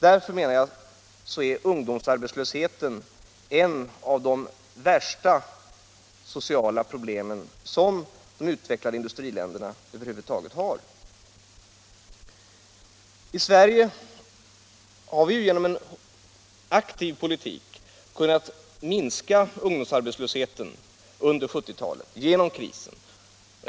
Därför anser jag att ungdomsarbetslösheten är ett av de värsta sociala problem som de utvecklade industriländerna över huvud taget har. I Sverige har vi ju genom en aktiv politik kunnat minska ungdomsarbetslösheten under krisen på 1970-talet.